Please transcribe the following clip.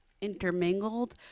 intermingled